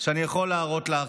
שאני יכול להראות לך.